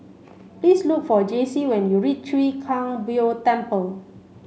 please look for Jacey when you reach Chwee Kang Beo Temple